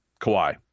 Kawhi